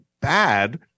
bad